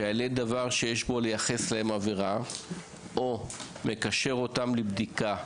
שיעלה דבר שיש בו ליחס להם עבירה או שמקשר אותם לבדיקה,